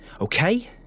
Okay